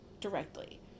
directly